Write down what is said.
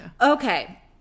Okay